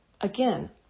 again